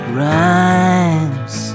rhymes